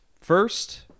first